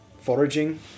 foraging